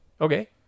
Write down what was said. Okay